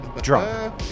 drunk